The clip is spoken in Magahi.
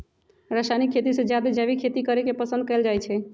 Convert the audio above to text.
रासायनिक खेती से जादे जैविक खेती करे के पसंद कएल जाई छई